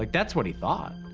like that's what he thought.